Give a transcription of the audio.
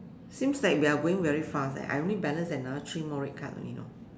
seems like we're going very fast eh I only balance another three more red cards only you know